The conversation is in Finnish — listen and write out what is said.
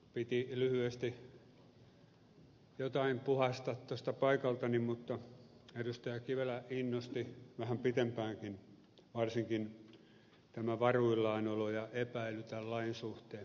piti lyhyesti jotain puhaista tuosta paikaltani mutta edustaja kivelä innosti vähän pidempäänkin varsinkin tämä varuillaanolo ja epäily tämän lain suhteen